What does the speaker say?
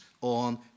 on